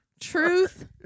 truth